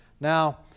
Now